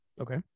Okay